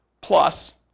Plus